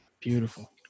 beautiful